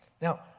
Now